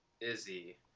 Izzy